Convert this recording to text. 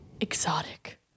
exotic